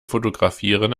fotografieren